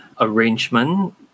arrangement